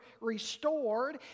restored